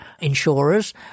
insurers